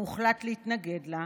והוחלט להתנגד לה.